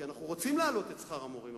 כי אנחנו רוצים להעלות את שכר המורים,